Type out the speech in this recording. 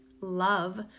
Love